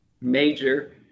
major